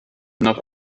nach